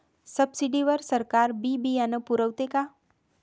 Subsidy वर सरकार बी बियानं पुरवते का?